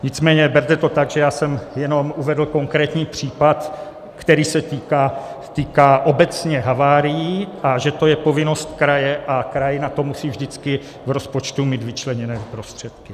Nicméně berte to tak, že já jsem jenom uvedl konkrétní případ, který se týká obecně havárií, a že to je povinnost kraje a kraj na to musí vždycky v rozpočtu mít vyčleněné prostředky.